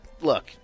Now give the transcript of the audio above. look